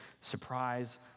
surprise